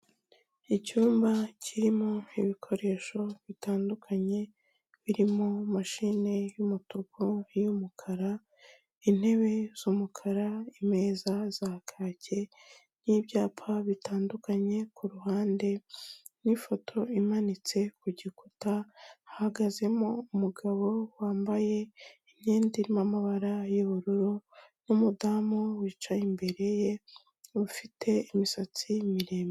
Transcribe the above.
Icyumba kirimo ibikoresho bitandukanye birimo mashini y'umutuku, y'umukara, intebe z'umukara, imeza za kake n'ibyapa bitandukanye kuruhande n'ifoto imanitse ku gikuta. Hahagazemo umugabo wambaye imyenda n'amabara y'ubururu n'umudamu wicaye imbere ye ufite imisatsi miremire.